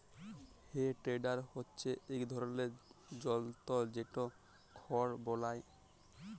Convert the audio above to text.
হে টেডার হচ্যে ইক ধরলের জলতর যেট খড় বলায়